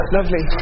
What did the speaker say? Lovely